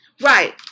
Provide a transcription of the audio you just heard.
Right